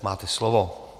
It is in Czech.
Máte slovo.